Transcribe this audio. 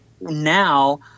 now